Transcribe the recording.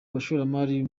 abashoramari